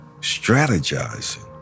strategizing